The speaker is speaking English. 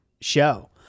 show